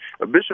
Bishop